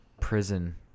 prison